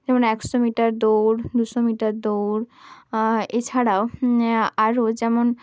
যেমন একশো মিটার দৌড় দুশো মিটার দৌড় এছাড়াও আরও যেমন